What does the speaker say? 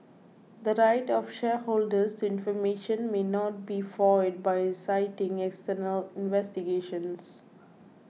the right of shareholders to information may not be foiled by citing external investigations